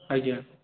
ଆଜ୍ଞା